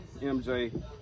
MJ